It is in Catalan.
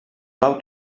blau